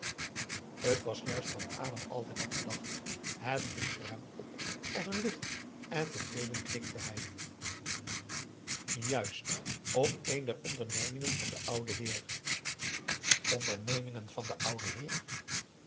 t was juist wat adam altijd had gedacht het ging voor hem op als een licht en tevreden knikte hij juist op een der ondernemingen van den ouden heer ondernemingen van den ouden heer